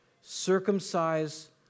circumcise